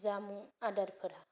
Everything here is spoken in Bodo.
जामुं आदारफोरा